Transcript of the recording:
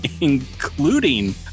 including